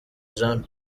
jean